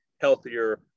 healthier